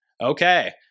Okay